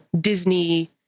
Disney